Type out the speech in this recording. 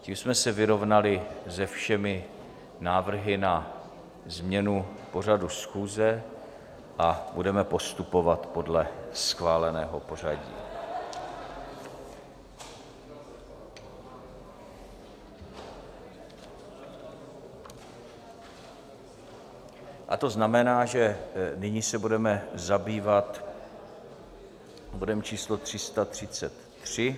Tím jsme se vyrovnali se všemi návrhy na změnu pořadu schůze a budeme postupovat podle schváleného pořadí, to znamená, že nyní se budeme zabývat bodem číslo 333.